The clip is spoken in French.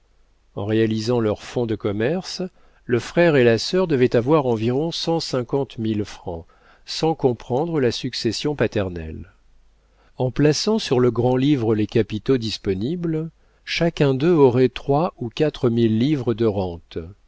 en réalisant leur fonds de commerce le frère et la sœur devaient avoir environ cent cinquante mille francs sans comprendre la succession paternelle en plaçant sur le grand-livre les capitaux disponibles chacun d'eux aurait trois ou quatre mille livres de rente